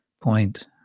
point